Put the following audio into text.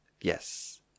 Yes